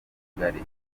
kigali